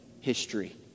history